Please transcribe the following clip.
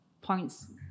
points